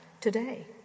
today